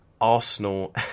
Arsenal